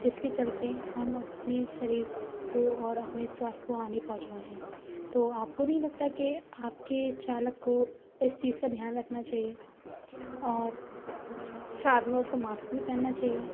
जिसके चलते हम अपने सरीर को और अपने स्वास्थ को हानि पहुँचा रहे हैं तो आपको नहीं लगता कि आपके चालक को इस चीज का ध्यान रखना चाहिए और साथ में उसको मास्क भी पहनना चाहिए